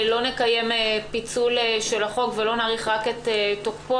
אנחנו לא נקיים פיצול של החוק ולא נאריך רק את תוקפו,